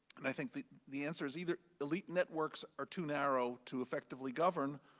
and i think the the answer is either elite networks are too narrow to effectively govern,